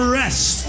rest